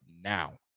now